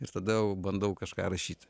ir tada jau bandau kažką rašyti